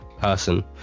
person